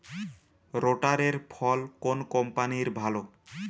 রোটারের ফল কোন কম্পানির ভালো?